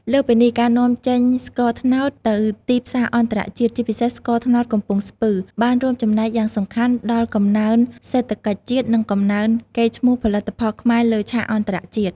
លើសពីនេះ ការនាំចេញស្ករត្នោតទៅទីផ្សារអន្តរជាតិ ជាពិសេសស្ករត្នោតកំពង់ស្ពឺ បានរួមចំណែកយ៉ាងសំខាន់ដល់កំណើនសេដ្ឋកិច្ចជាតិ និងបង្កើនកេរ្តិ៍ឈ្មោះផលិតផលខ្មែរលើឆាកអន្តរជាតិ។